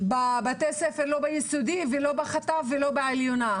בבתי הספר, לא ביסודי ולא בחט"ב ולא בעליונה.